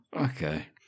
Okay